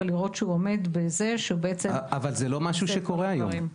לראות שהוא עומד בזה שהוא בעצם --- אבל זה לא משהו שקורה היום.